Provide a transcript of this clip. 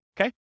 Okay